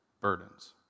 burdens